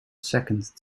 second